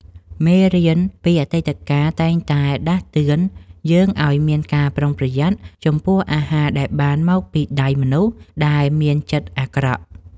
មេរៀនពីអតីតកាលតែងតែដាស់តឿនយើងឱ្យមានការប្រុងប្រយ័ត្នចំពោះអាហារដែលបានមកពីដៃមនុស្សដែលមានចិត្តអាក្រក់។